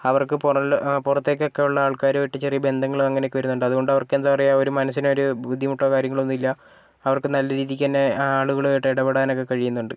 അവർക്ക് പുറംലോകം പുറത്തേക്കൊക്കെ ഉള്ള ആൾക്കാരുമായിട്ട് ചെറിയ ബന്ധങ്ങളും അങ്ങനെയൊക്കെ വരുന്നുണ്ട് അതുകൊണ്ട് അവർക്ക് എന്താ പറയാ ഒരു മനുഷ്യനൊരു ബുദ്ധിമുട്ടോ കാര്യങ്ങളോ ഒന്നൂല്ല്യ അവർക്കും നല്ല രീതിക്ക് തന്നെ ആളുകളായിട്ട് ഇപെടാനൊക്കെ കഴിയുന്നുണ്ട്